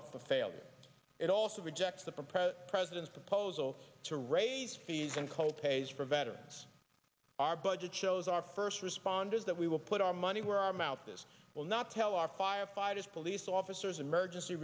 a failure it also rejects the present president's proposal to raise fees and copays for veterans our budget shows our first responders that we will put our money where our mouth this will not tell our firefighters police officers emergency